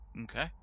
Okay